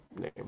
name